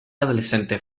adolescente